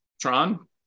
Tron